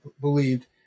believed